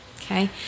okay